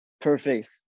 perfect